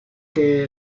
que